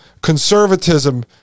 conservatism